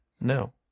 No